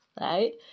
right